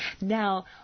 Now